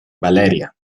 valeria